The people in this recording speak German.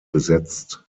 besetzt